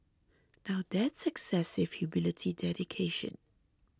now that's excessive humility dedication